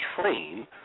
train